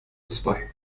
zwei